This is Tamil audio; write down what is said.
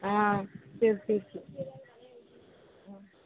ஆ சரி சரி சரி ம்